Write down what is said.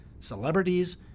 celebrities